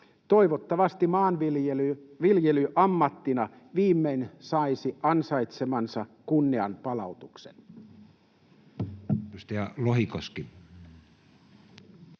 Toivottavasti maanviljely ammattina viimein saisi ansaitsemansa kunnianpalautuksen.